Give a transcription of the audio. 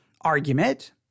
argument